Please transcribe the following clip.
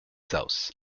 south